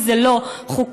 כי זה לא חוקי.